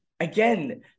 Again